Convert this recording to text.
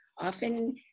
Often